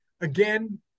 Again